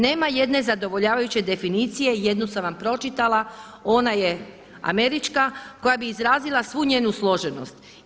Nema jedne zadovoljavajuće definicije i jednu sam vam pročitala, ona je američka koja bi izrazila svu njezinu složenost.